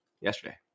yesterday